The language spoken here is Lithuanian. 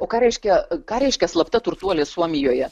o ką reiškia ką reiškia slapta turtuolė suomijoje